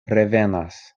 revenas